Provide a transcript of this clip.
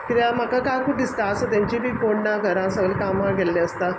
किद्या म्हाका काकूट दिसता आसूं तेंची बी कोण णा घरा सगल कामां गेल्ले आसता